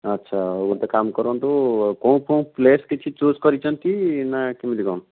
ଆଚ୍ଛା ଆଉ ଗୋଟେ କାମ କରନ୍ତୁ କେଉଁ କେଉଁ ପ୍ଲେସ୍ କିଛି ଚୁଜ୍ କରିଛନ୍ତି ନା କେମିତି କ'ଣ